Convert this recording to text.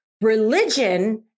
religion